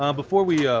um before we yeah